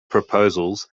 proposals